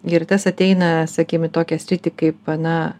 ir tas ateina sakykim į tokią sritį kaip na